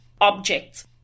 objects